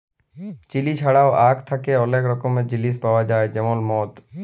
chilli ছাড়াও আখ থ্যাকে অলেক রকমের জিলিস পাউয়া যায় যেমল মদ